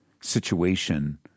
situation